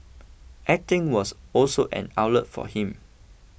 acting was also an outlet for him